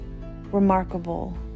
remarkable